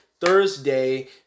thursday